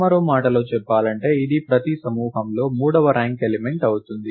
మరో మాటలో చెప్పాలంటే ఇది ప్రతి సమూహంలో మూడవ ర్యాంక్ ఎలిమెంట్ అవుతుంది